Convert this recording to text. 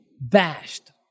bashed